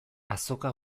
azoka